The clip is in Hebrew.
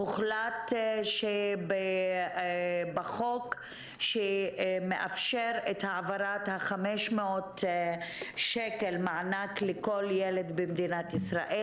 הוחלט בחוק לאפשר את העברת 500 השקלים מענק לכל ילד במדינת ישראל